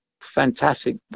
fantastic